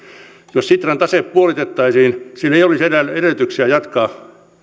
jos sitran tase puolitettaisiin sillä ei olisi enää edellytyksiä jatkaa